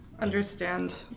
understand